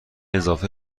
اضافه